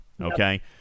Okay